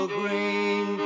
green